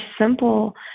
simple